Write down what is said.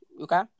Okay